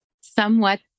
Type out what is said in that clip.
somewhat